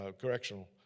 correctional